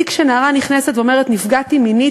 תיק שנערה נכנסת ואומרת: נפגעתי מינית,